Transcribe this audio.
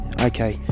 okay